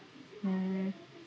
mm